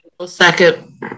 second